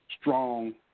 Strong